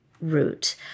route